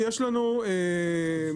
אנחנו